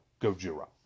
Gojira